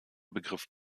begriff